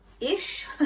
ish